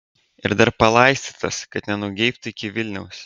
ir dar palaistytas kad nenugeibtų iki vilniaus